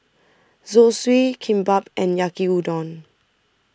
Zosui Kimbap and Yaki Udon